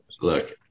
Look